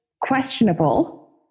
questionable